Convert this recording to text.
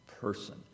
person